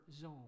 zone